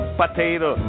potato